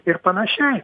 ir panašiai